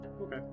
Okay